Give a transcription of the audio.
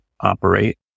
operate